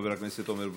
חבר הכנסת עמר בר-לב.